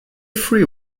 free